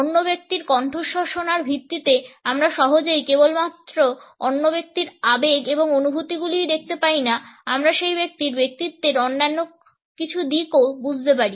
অন্য ব্যক্তির কণ্ঠস্বর শোনার ভিত্তিতে আমরা সহজেই কেবলমাত্র অন্য ব্যক্তির আবেগ এবং অনুভূতিগুলিই দেখতে পাইনা আমরা সেই ব্যক্তির ব্যক্তিত্বের কিছু অন্যান্য দিকও বুঝতে পারি